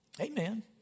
Amen